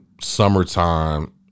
summertime